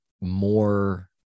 more